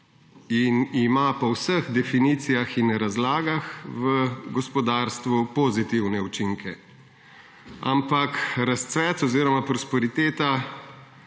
in ima po vseh definicijah in razlagah v gospodarstvu pozitivne učinke, ampak razcvet oziroma prosperiteta